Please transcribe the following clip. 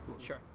Sure